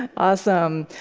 awesome.